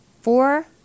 four